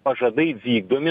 pažadai vykdomi